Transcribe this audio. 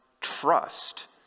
trust